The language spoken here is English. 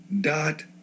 dot